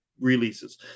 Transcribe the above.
releases